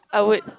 I would